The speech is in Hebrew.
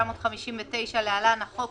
התשי"ט-1959 (להלן החוק),